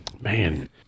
Man